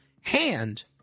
hand